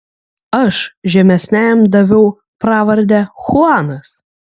aš žemesniajam daviau pravardę chuanas